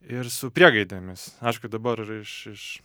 ir su priegaidėmis aišku dabar iš iš